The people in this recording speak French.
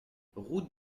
route